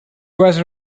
was